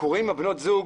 הביקורים של בנות הזוג